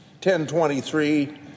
1023